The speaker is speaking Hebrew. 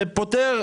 זה פותר.